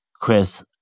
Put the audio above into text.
Chris